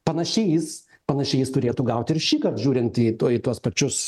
panašiai jis panašiai jis turėtų gauti ir šįkart žiūrint į tuos pačius